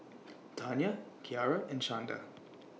Tanya Kiarra and Shanda